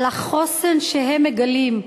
על החוסן שהם מגלים,